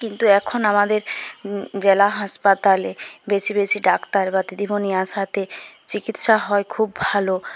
কিন্তু এখন আমাদের জেলা হাসপাতালে বেশি বেশি ডাক্তার বা দিদিমণি আসাতে চিকিৎসা হয় খুব ভালো